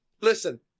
listen